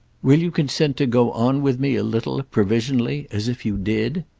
will you consent to go on with me a little provisionally as if you did?